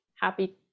happy